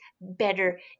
better